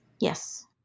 Yes